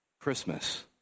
Christmas